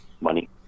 money